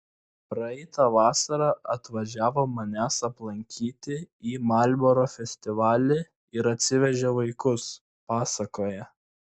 praeitą vasarą atvažiavo manęs aplankyti į marlboro festivalį ir atsivežė vaikus pasakoja